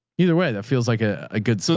either way. that feels like a ah good. so